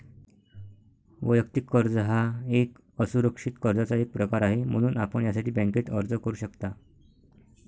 वैयक्तिक कर्ज हा एक असुरक्षित कर्जाचा एक प्रकार आहे, म्हणून आपण यासाठी बँकेत अर्ज करू शकता